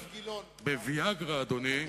בעצם.